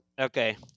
Okay